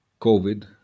covid